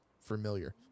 familiar